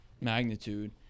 magnitude